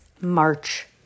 March